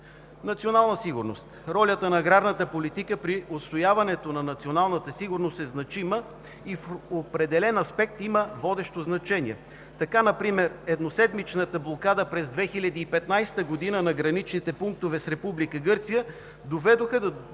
Националната сигурност, ролята на аграрната политика при отстояването на националната сигурност е значима и в определен аспект има водещо значение. Така например едноседмичната блокада през 2015 г. на граничните пунктове с Република Гърция